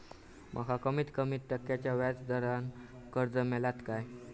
माका कमीत कमी टक्क्याच्या व्याज दरान कर्ज मेलात काय?